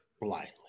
blindly